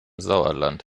sauerland